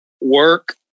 work